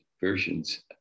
versions